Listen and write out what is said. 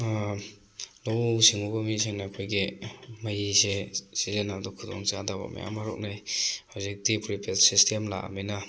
ꯂꯧꯎ ꯁꯤꯡꯎꯕ ꯃꯤꯁꯤꯡꯅ ꯑꯩꯈꯣꯏꯒꯤ ꯃꯩꯁꯦ ꯁꯤꯖꯤꯟꯅꯕꯗ ꯈꯨꯗꯣꯡꯆꯥꯗꯕ ꯃꯌꯥꯝ ꯃꯥꯌꯣꯛꯅꯩ ꯍꯧꯖꯤꯛꯇꯤ ꯄ꯭ꯔꯤꯄꯦꯠ ꯁꯤꯁꯇꯦꯝ ꯂꯥꯛꯑꯝꯅꯤꯅ